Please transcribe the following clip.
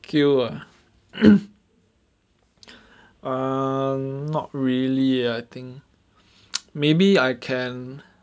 skill ah um not really ah I think maybe I can